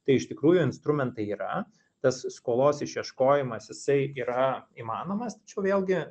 tai iš tikrųjų instrumentai yra tas skolos išieškojimas jisai yra įmanomas tačiau vėlgi